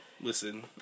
Listen